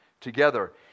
together